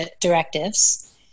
directives